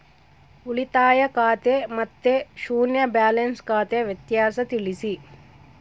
ಉಳಿತಾಯ ಖಾತೆ ಮತ್ತೆ ಶೂನ್ಯ ಬ್ಯಾಲೆನ್ಸ್ ಖಾತೆ ವ್ಯತ್ಯಾಸ ತಿಳಿಸಿ?